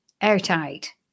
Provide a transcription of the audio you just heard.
airtight